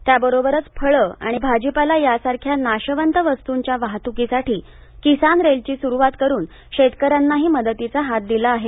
त्याबरोबरच फळ आणि भाजीपाला यासारख्या नाशवत वस्तुंच्या वाहतुकीसाठी किसान रेलची सुरूवात करुन शेतकऱ्यांनाही मदतीचा हात दिला आहे